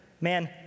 man